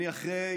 אני אחרי